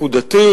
נכבדי